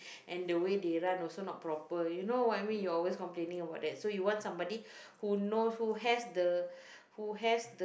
and the way they run also not proper you know what I mean you always complaining about that so you want somebody who know who has the who has